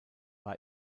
war